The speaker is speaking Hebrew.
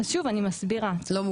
אני מסבירה שוב.